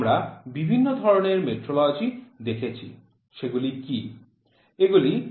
আমরা বিভিন্ন ধরণের মেট্রোলজি দেখেছি সেগুলি কী